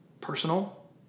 Personal